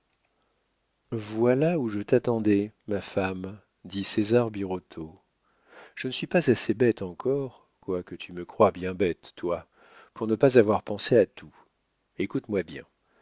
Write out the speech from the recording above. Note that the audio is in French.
voilà où je t'attendais ma femme dit césar birotteau je ne suis pas assez bête encore quoique tu me croies bien bête toi pour ne pas avoir pensé à tout écoute-moi bien